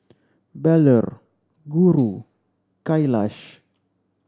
Bellur Guru Kailash